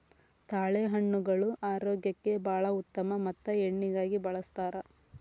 ತಾಳೆಹಣ್ಣುಗಳು ಆರೋಗ್ಯಕ್ಕೆ ಬಾಳ ಉತ್ತಮ ಮತ್ತ ಎಣ್ಣಿಗಾಗಿ ಬಳ್ಸತಾರ